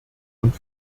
und